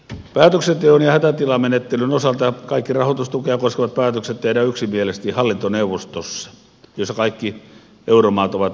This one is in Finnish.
päätöksenteon ja hätätilamenettelyn osalta kaikki rahoitustukea koskevat päätökset tehdään yksimielisesti hallintoneuvostossa jossa kaikki euromaat ovat edustettuina